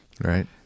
right